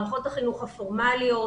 מערכות החינוך הפורמליות,